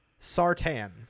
Sartan